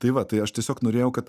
tai va tai aš tiesiog norėjau kad